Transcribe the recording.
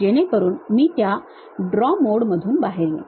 जेणेकरून मी त्या ड्रॉ मोड मधून बाहेर येईन